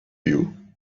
you